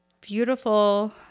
beautiful